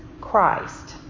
Christ